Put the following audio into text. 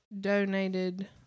donated